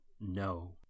no